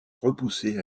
repoussée